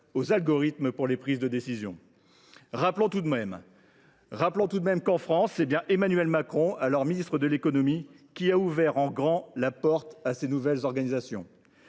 aux algorithmes des prises de décision. Rappelons tout de même que, en France, c’est bien Emmanuel Macron, alors ministre de l’économie, qui a ouvert grand les portes à ces nouvelles organisations.